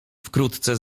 wkrótce